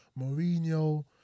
Mourinho